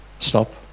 stop